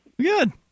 Good